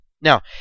Now